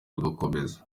rugakomera